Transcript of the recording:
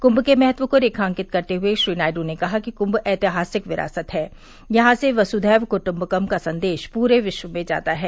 कुंभ के महत्व को रेखांकित करते हुए श्री नायडू ने कहा कि कृंभ ऐतिहासिक विरासत है और यहां से वसुधैव कुटुंबकम का संदेश पूरे विश्व में जाता है